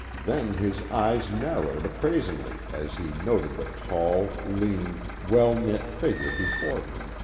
then his eyes narrowed appraisingly as he noted the tall, lean, well-knit figure before him,